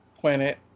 Planet